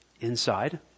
inside